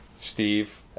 Steve